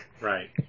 Right